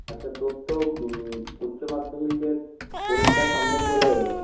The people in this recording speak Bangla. আচ্ছা তোর তো উচ্চমাধ্যমিকের পরীক্ষা সামনে চলে এল